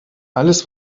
alles